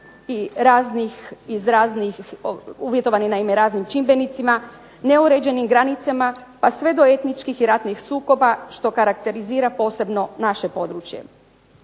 se raditi i migracijama uvjetovane raznim čimbenicima, neuređenim granicama pa sve do etničkih i ratnih sukoba što karakterizira posebno naše područje.